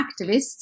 activists